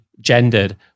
gendered